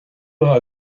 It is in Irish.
maith